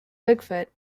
bigfoot